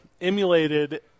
emulated